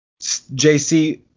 JC